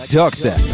doctor